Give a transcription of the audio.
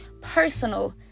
personal